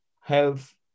health